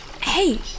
Hey